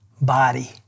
body